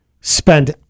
spent